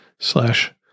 slash